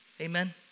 Amen